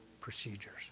procedures